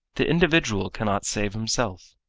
the individual cannot save himself.